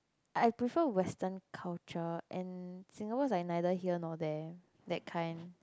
I prefer Western culture and Singapore's like neither here nor there that kind